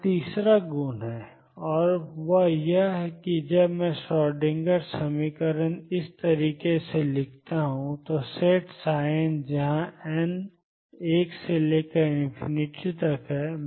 यह तीसरा गुण है और वह यह है कि जब मैं श्रोडिंगर के समीकरण 22md2ndx2VxnEnn लिखता हूं तो सेटn जहां n 1 से लेकर इंफिनिटी तक है